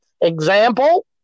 example